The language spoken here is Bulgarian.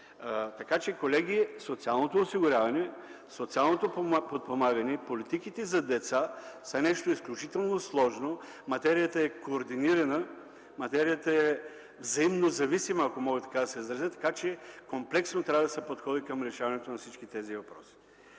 това. Колеги, социалното осигуряване, социалното подпомагане и политиките за деца са нещо изключително сложно. Материята е координирана, материята е взаимно зависима, ако мога така да се изразя, така че трябва да се подходи комплексно към решаването на всички тези въпроси.